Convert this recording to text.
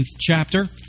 chapter